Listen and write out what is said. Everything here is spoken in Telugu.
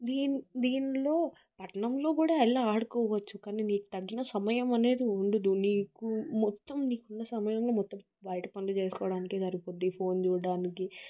దీంట్లో పట్నంలో కూడా వెళ్ళి ఆడుకోవచ్చు కానీ నీకు తగిన సమయం అనేది ఉండదు నీకు మొత్తం నీకు ఉన్న సమయంలో మొత్తం బయట పనులు చేసుకోవడానికె సరిపోద్ది ఫోన్ చూడడానికి